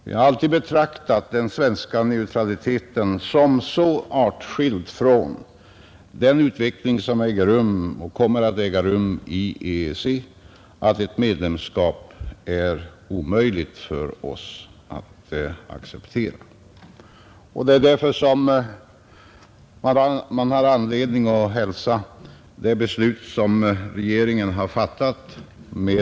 Jag har alltid betraktat den svenska neutraliteten som så avskild från den utveckling som äger rum och kommer att äga rum i EEC att ett medlemskap är omöjligt för oss att acceptera. Det finns därför anledning att hälsa med tillfredsställelse det beslut som regeringen har fattat.